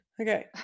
okay